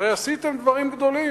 הרי עשיתם דברים גדולים?